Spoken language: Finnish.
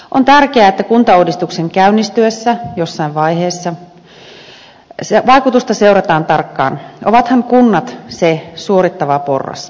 on tärkeää että kuntauudistuksen käynnistyessä jossain vaiheessa sen vaikutusta seurataan tarkkaan ovathan kunnat se suorittava porras